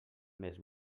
més